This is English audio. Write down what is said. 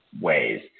ways